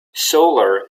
solar